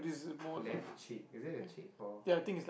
left cheek is it a cheek or